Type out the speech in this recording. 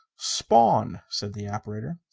spawn, said the operator.